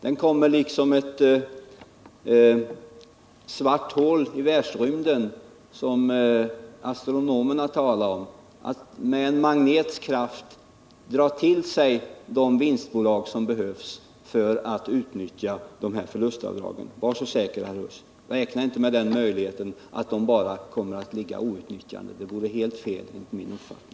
Det kommer liksom ett svart hål i världsrymden, som astronomerna talar om, att med en magnets kraft dra till sig de vinstbolag som behövs för att utnyttja förlustavdragen — var så säker, herr Huss! Räkna inte med möjligheten att de bara kommer att ligga outnyttjade; det vore helt fel enligt min uppfattning.